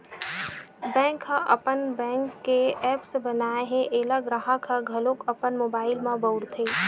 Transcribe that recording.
bank ह अपन bank के ऐप्स बनाए हे एला गराहक ह घलोक अपन मोबाइल म बउरथे